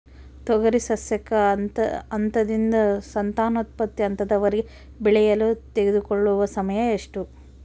ತೊಗರಿ ಸಸ್ಯಕ ಹಂತದಿಂದ ಸಂತಾನೋತ್ಪತ್ತಿ ಹಂತದವರೆಗೆ ಬೆಳೆಯಲು ತೆಗೆದುಕೊಳ್ಳುವ ಸಮಯ ಎಷ್ಟು?